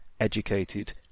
educated